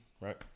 Right